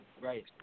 Right